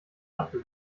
apfel